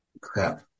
crap